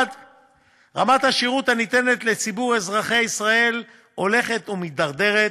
1. רמת השירות הניתנת לציבור אזרחי ישראל הולכת ומידרדרת.